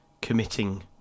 committing